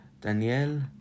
Daniel